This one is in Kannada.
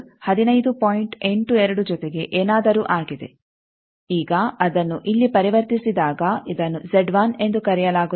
82 ಜೊತೆಗೆ ಏನಾದರೂ ಆಗಿದೆ ಈಗ ಅದನ್ನು ಇಲ್ಲಿ ಪರಿವರ್ತಿಸಿದಾಗ ಇದನ್ನು ಎಂದು ಕರೆಯಲಾಗುತ್ತದೆ